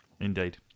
Indeed